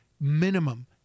minimum